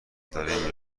داره